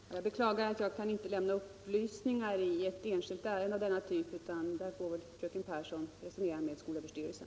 Herr talman! Jag beklagar att jag inte kan lämna upplysningar i ett enskilt ärende av denna typ. Här får fröken Pehrsson resonera med skolöverstyrelsen.